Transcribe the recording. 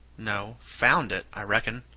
no, found it, i reckon.